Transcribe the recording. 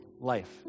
life